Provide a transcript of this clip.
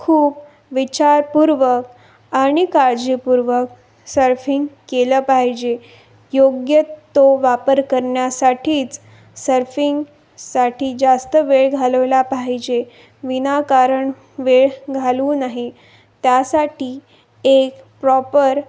खूप विचारपूर्वक आणि काळजीपूर्वक सर्फिंग केलं पाहिजे योग्य तो वापर करण्यासाठीच सर्फिंगसाठी जास्त वेळ घालवला पाहिजे विनाकारण वेळ घालवू नाही त्यासाठी एक प्रॉपर